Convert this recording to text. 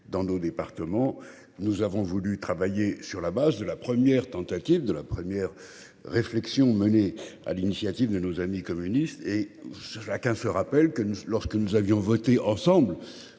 dans nos départements, nous avons voulu travailler sur la base de la première tentative de la première réflexion menée à l'initiative de nos amis communistes et Jacques un feu rappelle que lorsque nous avions voté ensemble.